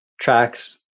tracks